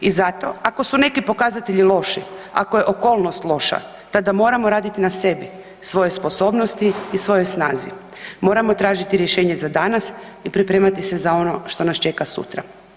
I zato, ako su neki pokazatelji loši, ako je okolnost loša tada moramo raditi na sebi, svojoj sposobnosti i svojoj snazi, moramo tražiti rješenje za danas i pripremati se za ono što nas čeka sutra.